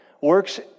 works